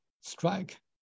strike